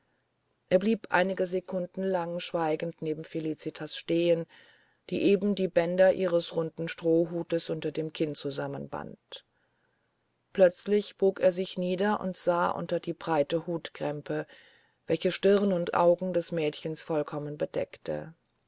er blieb einige sekunden lang schweigend neben felicitas stehen die eben die bänder ihres runden strohhutes unter dem kinn zusammenband plötzlich bog er sich nieder und sah unter die breite hutkrempe welche stirn und augen des mädchens vollkommen bedeckte